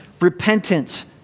repentance